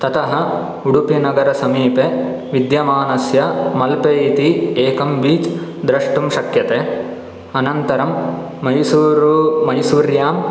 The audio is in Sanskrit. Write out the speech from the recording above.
ततः उडपिनगरसमीपे विद्यमानस्य मल्पे इति एकं बीच् दृष्टुं शक्यते अनन्तरं मैसूरु मैसुर्यां